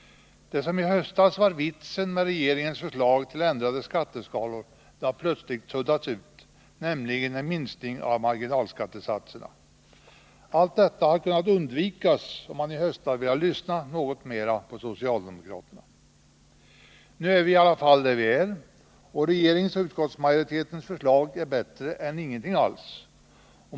Det som i höstas var vitsen med regeringens förslag till ändrade skatteskalor har plötsligt suddats ut, nämligen en minskning av marginalskattesatserna. Allt detta hade kunnat undvikas, om man i höstas velat lyssna något mera på socialdemokraterna. Nu är vi i alla fall där vi är, och regeringens och utskottsmajoritetens förslag är bättre än ingenting alls.